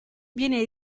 viene